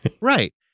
Right